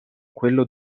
quello